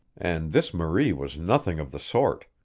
and this marie was nothing of the sort.